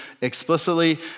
explicitly